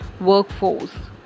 workforce